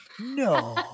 No